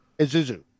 Isuzu